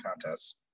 contests